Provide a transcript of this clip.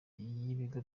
n’ibigo